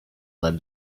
led